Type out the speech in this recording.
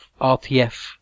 RTF